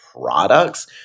products